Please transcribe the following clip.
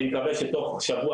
אני מקווה שתוך שבוע,